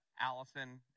Allison